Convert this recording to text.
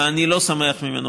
ואני לא שמח בגללו,